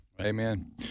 amen